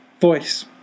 voice